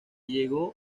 llegó